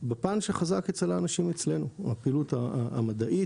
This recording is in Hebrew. בפן שחזק אצל האנשים אצלנו: הפעילות המדעית,